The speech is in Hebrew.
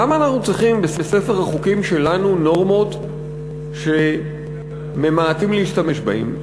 למה אנחנו צריכים בספר החוקים שלנו נורמות שממעטים להשתמש בהן?